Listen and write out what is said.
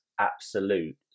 absolute